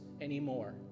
anymore